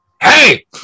hey